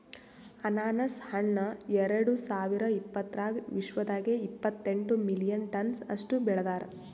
ಅನಾನಸ್ ಹಣ್ಣ ಎರಡು ಸಾವಿರ ಇಪ್ಪತ್ತರಾಗ ವಿಶ್ವದಾಗೆ ಇಪ್ಪತ್ತೆಂಟು ಮಿಲಿಯನ್ ಟನ್ಸ್ ಅಷ್ಟು ಬೆಳದಾರ್